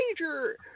Major